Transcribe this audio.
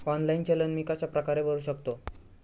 Online चलन मी कशाप्रकारे भरु शकतो?